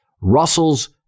Russell's